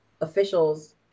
officials